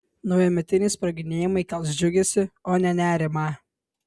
naujametiniai sproginėjimai kels džiugesį o ne nerimą